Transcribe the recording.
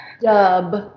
Dub